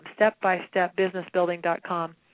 stepbystepbusinessbuilding.com